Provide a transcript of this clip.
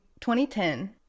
2010